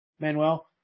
Manuel